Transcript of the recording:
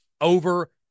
over